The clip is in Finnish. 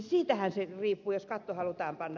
siitähän se riippuu jos katto halutaan panna